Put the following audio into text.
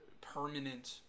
permanent